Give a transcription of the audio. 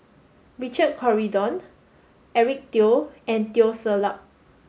Richard Corridon Eric Teo and Teo Ser Luck